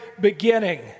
beginning